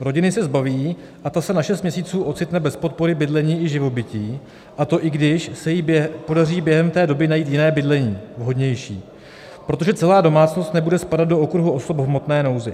Rodiny se zbaví a ta se na šest měsíců ocitne bez podpory bydlení a živobytí, a to i když se jí podaří během té doby najít jiné bydlení, vhodnější, protože celá domácnost nebude spadat do okruhu osob v hmotné nouzi.